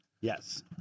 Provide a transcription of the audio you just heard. Yes